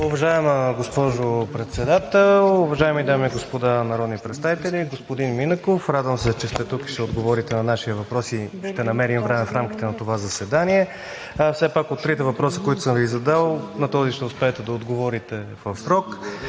Уважаема госпожо Председател, уважаеми дами и господа народни представители! Господин Минеков, радвам се, че сте тук и ще отговорите на нашия въпрос и ще намерим време в рамките на това заседание. Все пак от трите въпроса, които съм Ви задал, на този ще успеете да отговорите в срок,